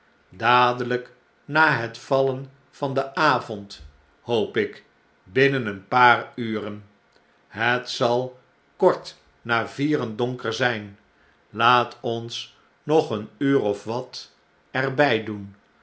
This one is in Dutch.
dadeiyk na bet vallen van den avond hoop ik binnen een paar uren het zal kort na vieren donker zijn laat ons nog een uur of wat er